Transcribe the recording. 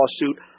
lawsuit